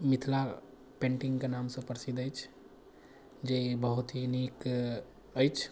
मिथिला पेन्टिङ्गके नामसँ प्रसिद्ध अछि जे बहुत ही नीक अछि